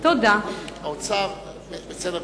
האוצר, מה